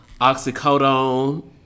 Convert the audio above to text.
oxycodone